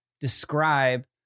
describe